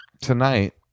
tonight